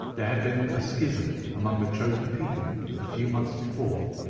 there had been a schism among the chosen people a few months before,